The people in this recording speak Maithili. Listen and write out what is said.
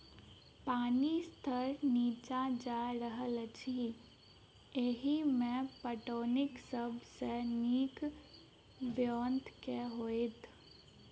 पानि स्तर नीचा जा रहल अछि, एहिमे पटौनीक सब सऽ नीक ब्योंत केँ होइत?